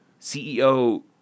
CEO